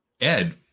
Ed